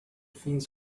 things